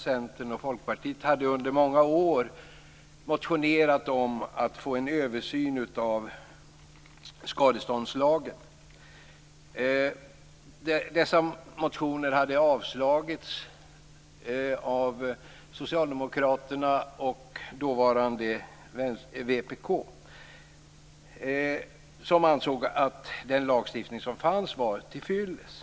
Centern och Folkpartiet - hade under många år väckt motioner om en översyn av skadeståndslagen. Dessa motioner avslogs av Socialdemokraterna och dåvarande vpk. De partierna ansåg att den lagstiftning som fanns var till fyllest.